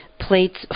plates